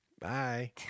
Bye